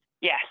Yes